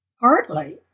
partly